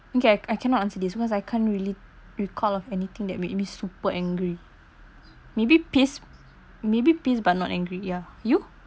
okay I cannot answer this because I can't really recalled of anything that made me super angry maybe pissed maybe pissed but not angry ya you